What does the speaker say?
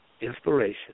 inspiration